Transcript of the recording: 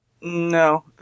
No